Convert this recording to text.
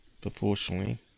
proportionally